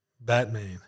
Batman